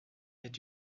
est